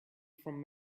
from